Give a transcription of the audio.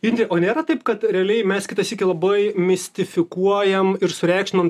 indre o nėra taip kad realiai mes kitą sykį labai mistifikuojam ir sureikšminam